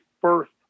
first